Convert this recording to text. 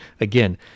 Again